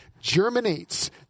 germinates